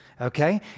okay